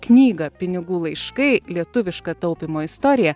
knygą pinigų laiškai lietuvišką taupymo istoriją